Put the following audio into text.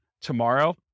tomorrow